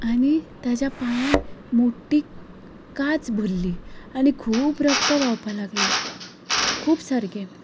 आनी ताच्या पांयान मोठ्ठी कांच भरली आनी खूब रक्त व्हांवपा लागलें खूब सारकें